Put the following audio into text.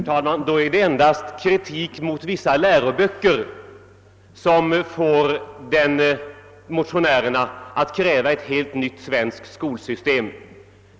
Herr talman! Det är alltså endast kritik mot vissa läroböcker som får motionären att kräva ett helt nytt svenskt skolsystem.